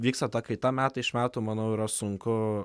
vyksta ta kaita metai iš metų manau yra sunku